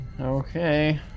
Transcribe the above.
Okay